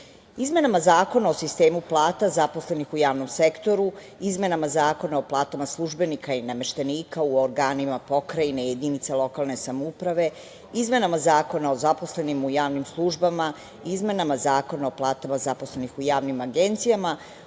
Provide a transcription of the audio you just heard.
izmenama Zakona o sistemu plata zaposlenih u javnom sektoru, izmenama Zakona o platama službenika i nameštenika u organima pokrajine i jedinice lokalne samouprave, izmenama Zakona o zaposlenim u javnim službama, izmenama Zakona o platama zaposlenih u javnim agencijama